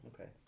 Okay